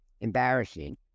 embarrassing